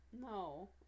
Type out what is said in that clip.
No